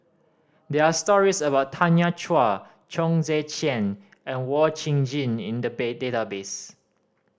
there are stories about Tanya Chua Chong Tze Chien and Wee Chong Jin in the bay database